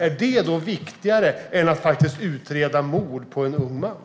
Är detta viktigare än att utreda mordet på en ung man?